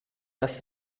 das